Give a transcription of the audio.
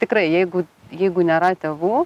tikrai jeigu jeigu nėra tėvų